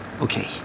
Okay